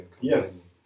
Yes